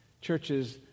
Churches